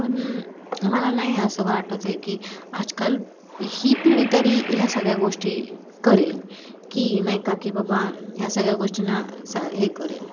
पण मला नाही असं वाटत आहे की आजकाल ही पिढी तरी ह्या सगळ्या गोष्टी करेल की नाही का की बाबा ह्या सगळ्या गोष्टींना सा हे करेल